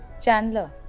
chandler?